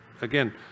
Again